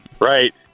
Right